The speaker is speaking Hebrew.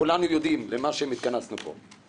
כולנו יודעים לשם מה התכנסנו פה.